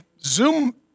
Zoom